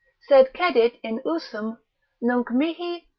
cedit in usum nunc mihi,